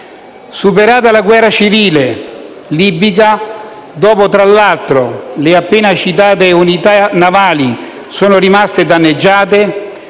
Superata la guerra civile libica, dopo che, tra l'altro, le appena citate unità navali sono rimaste danneggiate,